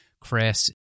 Chris